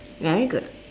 very good